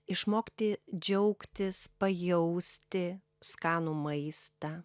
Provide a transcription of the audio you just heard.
išmokti džiaugtis pajausti skanų maistą